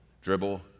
Dribble